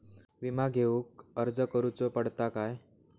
विमा घेउक अर्ज करुचो पडता काय?